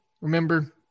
Remember